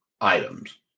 items